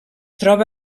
troba